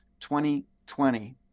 2020